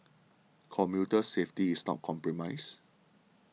commuter safety is not compromised